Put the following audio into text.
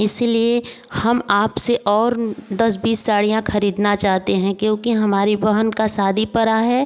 इसलिए हम आपसे और दस बीस साड़ियाँ ख़रीदना चाहते हैं क्योंकि हमारी बहन का शादी पड़ा है